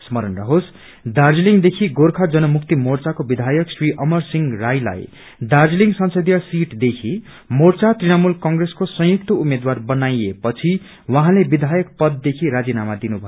स्मरण रहोस दार्जीलिडदेखि गोर्खा जन मुक्ति मोर्चाको विधायक श्री अमर सिंह राईलाई दार्जीलिङ संसदीय सिटदेखि मोर्चा तृणमूल कंप्रेसको संयुक्त उम्मेद्वार बनाइएपछि उहाँले विधायक पददेखि राजीनामा दिनु भएको छ